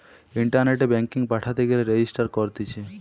ইন্টারনেটে ব্যাঙ্কিং পাঠাতে গেলে রেজিস্টার করতিছে